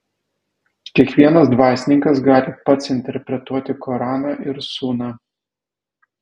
kiekvienas dvasininkas gali pats interpretuoti koraną ir suną